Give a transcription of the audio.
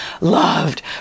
loved